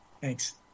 Thanks